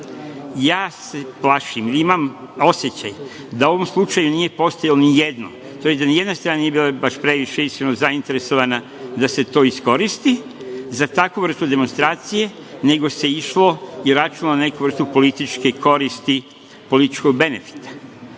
se plašim, imam osećaj da u ovom slučaju nije postojalo nijedno, tj. da nijedna strana nije bila previše zainteresovana da se to iskoristi za takvu vrstu demonstracije, nego se išlo i računalo na neku vrstu političke koristi, političkog benefita.